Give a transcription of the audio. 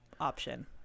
option